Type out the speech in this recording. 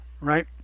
right